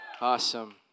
Awesome